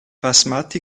basmati